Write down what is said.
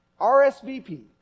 RSVP